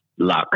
luck